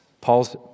Paul's